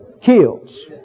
kills